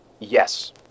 Yes